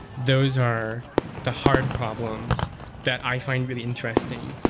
those are the hard problems that i find really interesting.